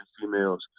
females